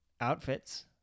outfits